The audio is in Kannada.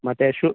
ಮತ್ತೆ ಶೂ